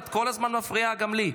את כל הזמן מפריעה גם לי.